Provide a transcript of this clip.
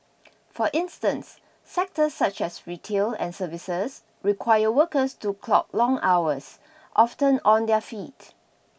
for instance sectors such as retail and services require workers to clock long hours often on their feet